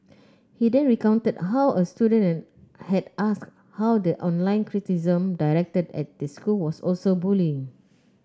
he then recounted how a student had asked how the online criticism directed at the school was also bullying